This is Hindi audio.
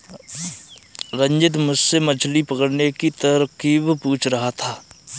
रंजित मुझसे मछली पकड़ने की तरकीब पूछ रहा था